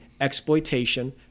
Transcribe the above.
exploitation